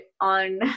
on